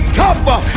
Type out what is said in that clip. tougher